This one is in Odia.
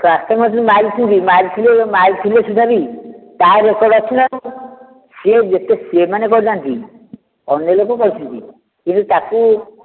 ସ୍ୱାସ୍ଥ୍ୟ ମନ୍ତ୍ରୀଙ୍କୁ ମାରିଛନ୍ତି ମାରିଥିଲେ ମାରିଥିଲେ ଦେଖିଛ କି ତା ରେକର୍ଡ୍ ଅଛି ନା ସେ ଯେତେ ସେମାନେ କ'ଣ ଜାଣନ୍ତି ଅନ୍ୟ ଲୋକ କରିଛନ୍ତି ସେ ତାକୁ